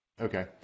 Okay